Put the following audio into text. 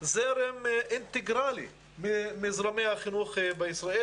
זרם אינטגרלי מזרמי החינוך בישראל,